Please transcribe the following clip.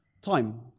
time